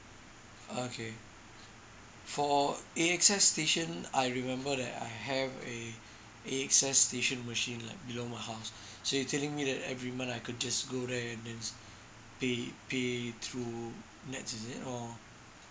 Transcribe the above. okay for A X S station I remember that I have a A X S station machine like below my house so you're telling me that every month I could just go there and then pay pay through N_E_T_S is it or